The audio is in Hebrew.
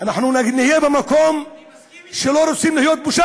אנחנו נהיה במקום שאנחנו לא רוצים להיות בו.